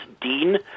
dean